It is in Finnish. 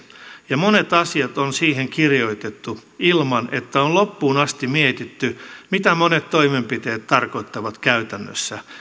ja monet asiat on siihen kirjoitettu ilman että on loppuun asti mietitty mitä monet toimenpiteet tarkoittavat käytännössä